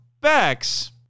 Bex